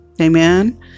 Amen